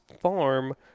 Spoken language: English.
farm